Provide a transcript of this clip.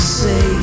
say